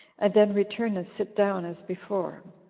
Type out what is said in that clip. and then return and sit down as before.